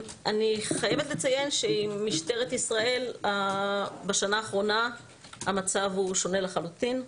אני חייבת לציין שבמשטרת ישראל בשנה האחרונה המצב הוא שונה לחלוטין.